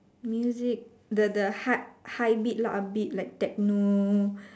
music the the heart high beat lah a bit like techno